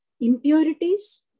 impurities